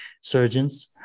surgeons